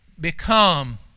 become